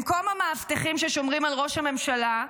במקום המאבטחים ששומרים על ראש הממשלה,